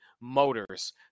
Motors